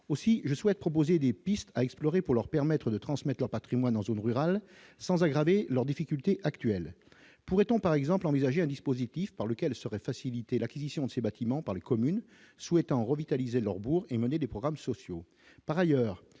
aussi je souhaite proposer des pistes à explorer pour leur permettre de transmettre leur Patrimoine en zone rurale sans aggraver leurs difficultés actuelles pourrait-on par exemple envisager un dispositif par lequel serait faciliter l'acquisition de ces bâtiments par les communes souhaitant revitaliser leur et mener des programmes sociaux,